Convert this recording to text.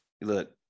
look